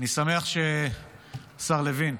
השר לוין,